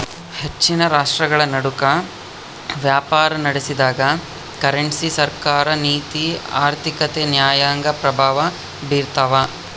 ಹೆಚ್ಚಿನ ರಾಷ್ಟ್ರಗಳನಡುಕ ವ್ಯಾಪಾರನಡೆದಾಗ ಕರೆನ್ಸಿ ಸರ್ಕಾರ ನೀತಿ ಆರ್ಥಿಕತೆ ನ್ಯಾಯಾಂಗ ಪ್ರಭಾವ ಬೀರ್ತವ